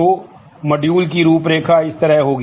तो मॉड्यूल की रूपरेखा इस तरह होगी